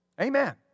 amen